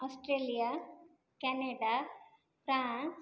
Australia Canada France